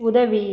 உதவி